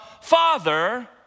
Father